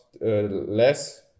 less